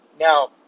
Now